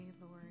Lord